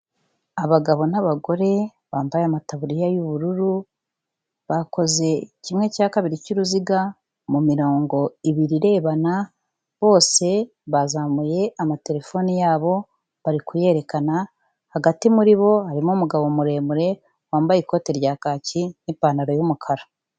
Abagabo n'abagore bambaye amataburiya y'ubururu bakoze kimwe cya kabiri cy'uruziga mu mirongo ibiri irebana bose bazamuye amaterefone yabo bari kuyerekana, hagati muri bo harimo umugabo muremure wambaye ikote rya kaki n'ipantaro y'umukara.